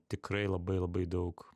tikrai labai labai daug